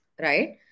right